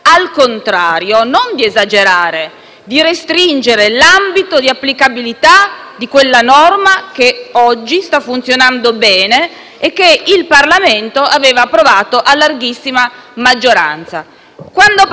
al contrario, non di esagerare ma di restringere l'ambito di applicabilità di quella norma che oggi sta funzionando bene e che il Parlamento aveva approvato a larghissima maggioranza.